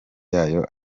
yayo